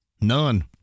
None